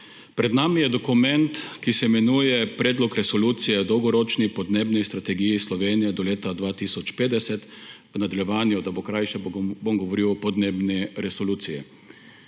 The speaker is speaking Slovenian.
Pred nami je dokument, ki se imenuje Predlog resolucije o Dolgoročni podnebni strategiji do leta 2050, v nadaljevanju, da bo krajše, bom govoril o podnebni resoluciji.